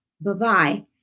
Bye-bye